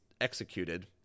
executed